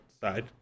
side